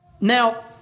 Now